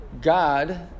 God